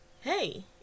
Hey